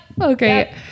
Okay